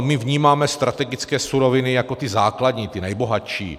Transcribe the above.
My vnímáme strategické suroviny jako ty základní, ty nejbohatší.